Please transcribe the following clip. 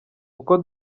uko